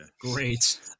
Great